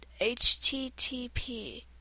HTTP